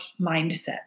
mindset